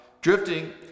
Drifting